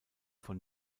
von